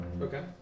Okay